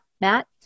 Matt